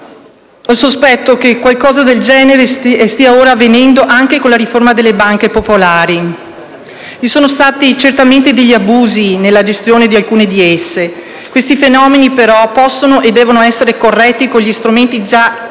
comuni. Sospetto che qualcosa del genere stia ora avvenendo anche con la riforma delle banche popolari. Vi sono stati certamente degli abusi nella gestione di alcune di esse. Questi fenomeni, però, possono e devono essere corretti con gli strumenti che già